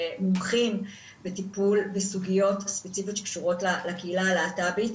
שמומחים בטיפול בסוגיות ספציפיות שקשורות לקהילה הלהט"בית.